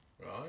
right